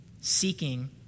seeking